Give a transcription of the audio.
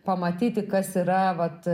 pamatyti kas yra vat